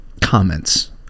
comments